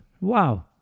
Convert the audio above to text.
Wow